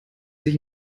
sich